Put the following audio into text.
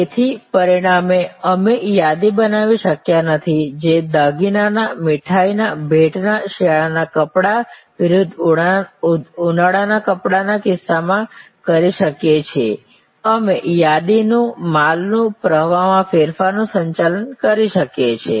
તેથી પરિણામે અમે યાદી બનાવી શકતા નથી જે દાગીનાના મીઠાઈના ભેટના શિયાળાના કપડાં વિરુદ્ધ ઉનાળાના કપડાંના કિસ્સામાં કરી શકીએ છીએ અમે યાદી નું માલ નું પ્રવાહમાં ફેરફારનું સંચાલન કરી શકીએ છીએ